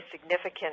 significant